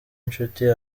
inshuti